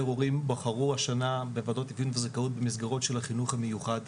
הורים בחרו השנה בוועדות דין וזכאות במסגרות של חינוך המיוחד,